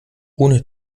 ohne